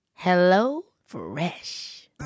HelloFresh